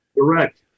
Correct